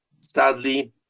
Sadly